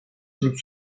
sul